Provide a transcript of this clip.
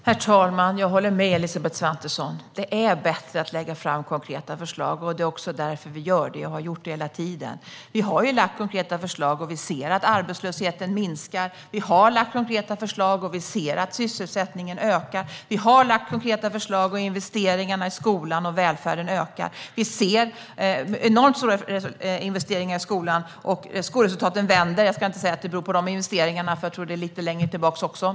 Herr talman! Jag håller med Elisabeth Svantesson om att det är bättre att lägga fram konkreta förslag. Det är också därför vi gör det och har gjort det hela tiden. Vi har lagt fram konkreta förslag och ser att arbetslösheten minskar. Vi har lagt fram konkreta förslag och ser att sysselsättningen ökar. Vi har lagt fram konkreta förslag och investeringarna i skolan och välfärden ökar. Vi gör enormt stora investeringar i skolan, och skolresultaten vänder. Jag ska inte säga att det beror på våra investeringar, för jag tror att det kan vara investeringar lite längre tillbaka också.